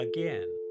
Again